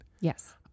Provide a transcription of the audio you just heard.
Yes